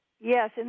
Yes